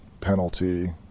penalty